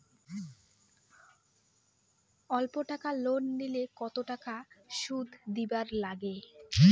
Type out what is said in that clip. অল্প টাকা লোন নিলে কতো টাকা শুধ দিবার লাগে?